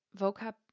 vocab